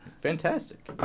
Fantastic